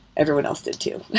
everyone else did too